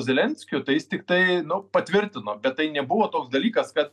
zelenskio tai jis tiktai nu patvirtino bet tai nebuvo toks dalykas kad